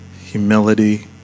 humility